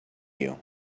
you